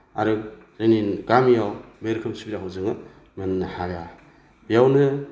आरो जोंनि गामियाव बे रोखोम सुबिदाखौ जोङो मोन्नो हाया बेयावनो